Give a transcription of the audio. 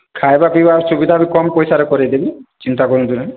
ଖାଇବା ପିଇବା ସୁବିଧା ମୁଁ କମ ପଇସା ରେ କରେଇ ଦେବି ଚିନ୍ତା କରନ୍ତୁନି